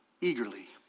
eagerly